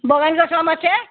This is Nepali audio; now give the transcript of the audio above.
बगानको समस्या